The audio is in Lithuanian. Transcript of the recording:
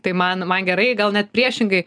tai man man gerai gal net priešingai